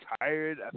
tired